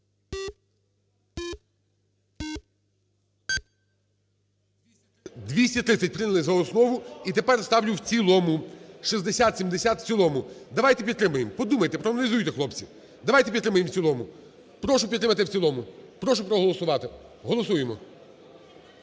За-230 Прийняли за основу. І тепер ставлю в цілому. 6070 в цілому. Давайте підтримаємо. Подумайте, проаналізуйте, хлопці. Давайте підтримаємо в цілому. Прошу підтримати в цілому. Прошу проголосувати. Голосуємо.